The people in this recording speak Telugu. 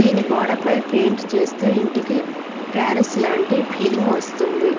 దీన్ని గోడపై పెయింట్ చేస్తే ఇంటికి ప్యారిస్ లాంటి ఫీలింగ్ వస్తుంది